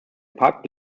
pakt